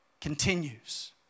continues